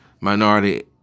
minority